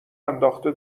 انداخته